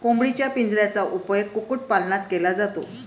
कोंबडीच्या पिंजऱ्याचा उपयोग कुक्कुटपालनात केला जातो